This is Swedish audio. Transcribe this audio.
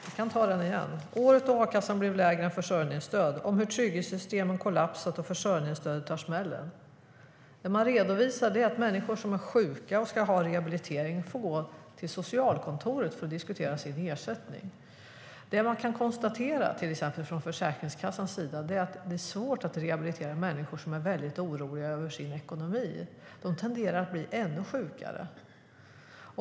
Jag kan ta det igen: "Året då a-kassan blev lägre än försörjningsstöd - om hur trygghetssystemen kollapsat och försörjningsstödet tar smällen." Det man redovisar är att människor som är sjuka och ska ha rehabilitering får gå till socialkontoret för att diskutera sin ersättning. Det man kan konstatera till exempel från Försäkringskassans sida är att det är svårt att rehabilitera människor som är väldigt oroliga över sin ekonomi. De tenderar att bli ännu sjukare.